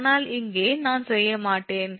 ஆனால் இங்கே நான் செய்ய மாட்டேன்